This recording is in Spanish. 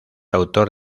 autor